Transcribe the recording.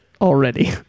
already